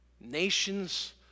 nations